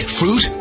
fruit